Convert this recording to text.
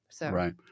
right